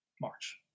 March